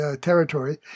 territory